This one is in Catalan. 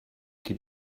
qui